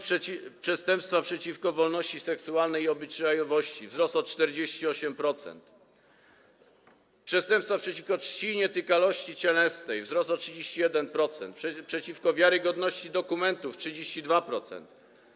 przestępstwa przeciwko wolności seksualnej i obyczajowości - o 48%, przestępstwa przeciwko czci nietykalności cielesnej - o 31%, przeciwko wiarygodności dokumentów - o 32%.